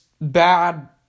bad